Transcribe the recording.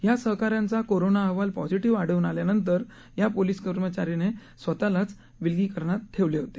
या सहकाऱ्याचा कोरोनाअहवाल पॉझिटिव्ह आढळून आल्यानतर या पोलिस कर्मचारी स्वत शेतातच विलगीकरणात राहिला होता